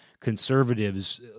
conservatives